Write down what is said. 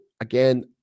again